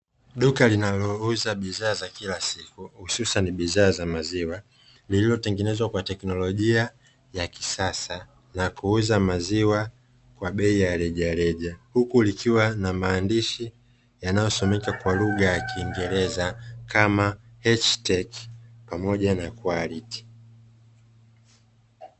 duka linayouza bidhaa za kila siku hususan bidhaa za maziwa, lililotengenezwa kwa teknolojia ya kisasa na kuuza maziwa kwa bei ya rejareja, huku likiwa na maandishi yanayosomeka kwa lugha ya kiingereza kama “h take pamoja kualiti”.